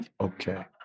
Okay